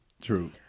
True